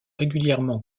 régulièrement